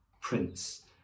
Prince